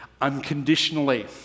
unconditionally